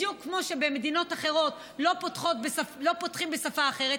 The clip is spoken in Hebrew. בדיוק כמו שבמדינות אחרות לא פותחים בשפה אחרת,